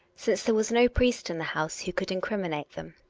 since there was no priest in the house who could incriminate them.